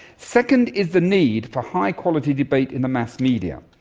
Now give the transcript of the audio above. second, is the need for high quality debate in the mass media.